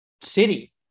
city